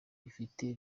bifite